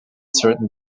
certain